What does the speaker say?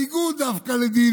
דווקא בניגוד לדילים.